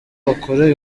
bakora